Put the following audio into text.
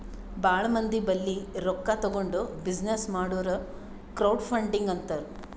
ಭಾಳ ಮಂದಿ ಬಲ್ಲಿ ರೊಕ್ಕಾ ತಗೊಂಡ್ ಬಿಸಿನ್ನೆಸ್ ಮಾಡುರ್ ಕ್ರೌಡ್ ಫಂಡಿಂಗ್ ಅಂತಾರ್